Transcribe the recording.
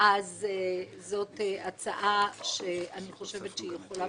אז זו הצעה שאני חושבת שהיא יכולה